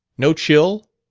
no chill?